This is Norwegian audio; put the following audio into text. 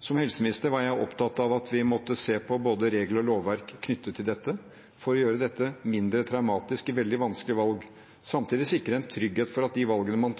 Som helseminister var jeg opptatt av at vi måtte se på både regler og lovverk knyttet til dette for å gjøre dette mindre traumatisk i veldig vanskelige valg, og samtidig sikre en trygghet for at man får gode råd til de valgene man